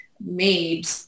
made